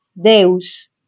Deus